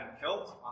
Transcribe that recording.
killed